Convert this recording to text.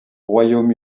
royaume